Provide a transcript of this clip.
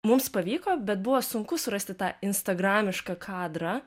mums pavyko bet buvo sunku surasti tą instagramišką kadrą